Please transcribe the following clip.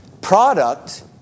product